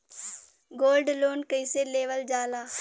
Gold loan कईसे लेवल जा ला?